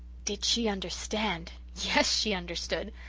did she understand! yes, she understood.